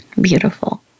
Beautiful